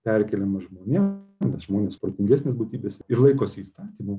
perkeliamas žmonėm bet žmonės protingesnės būtybės ir laikosi įstatymų